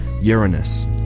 Uranus